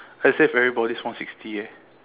I saved everybody one sixty eh